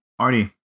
arnie